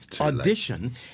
audition